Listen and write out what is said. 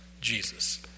Jesus